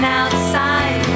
outside